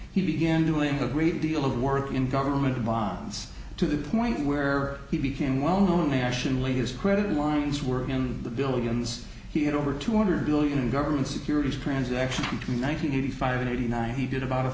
he began doing a great deal of work in government bonds to the point where he became well known nationally his credit lines were in the billions he had over two hundred billion in government securities transactions between one hundred eighty five and eighty nine he did about a